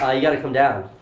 ah you gotta come down.